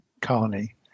colony